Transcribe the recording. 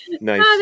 Nice